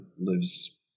lives